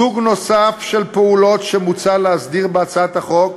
סוג נוסף של פעולות שמוצע להסדיר בהצעת החוק,